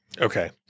Okay